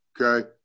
Okay